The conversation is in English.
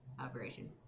operation